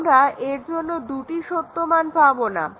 আমরা এর জন্য দুটি সত্য মান পাবোনা